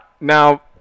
Now